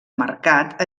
mercat